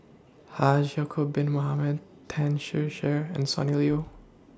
Haji Ya'Acob Bin Mohamed Tan Ser Cher and Sonny Liew